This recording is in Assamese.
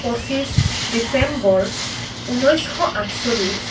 পঁচিছ ডিচেম্বৰ ঊনৈছশ আঠচল্লিছ